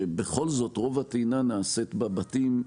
שבכל זאת רוב הטעינה נעשית בבתים.